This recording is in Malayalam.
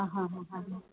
ആ ഹാ ഹാ ഹാ ഹാ